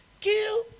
kill